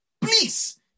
please